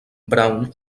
brown